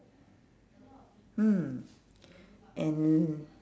mm and